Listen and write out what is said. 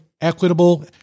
equitable